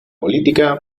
política